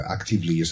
Actively